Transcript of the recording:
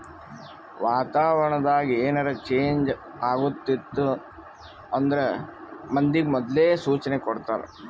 ವಾತಾವರಣ್ ದಾಗ್ ಏನರೆ ಚೇಂಜ್ ಆಗ್ಲತಿತ್ತು ಅಂದ್ರ ಮಂದಿಗ್ ಮೊದ್ಲೇ ಸೂಚನೆ ಕೊಡ್ತಾರ್